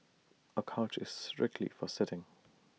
A couch is strictly for sitting